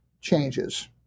changes